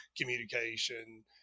communication